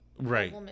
Right